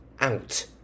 out